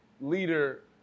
leader